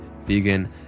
vegan